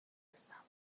نیستم